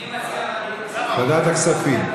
אני מציע ועדת הכספים.